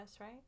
right